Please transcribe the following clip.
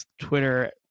twitter